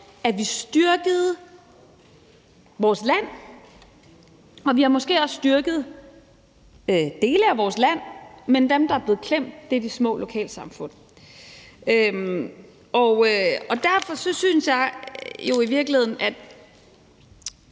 at vi styrkede vores land, og vi har måske også styrket dele af vores land, men dem, der er blevet klemt, er de små lokalsamfund. Kl. 18:46 Derfor synes jeg i virkeligheden, at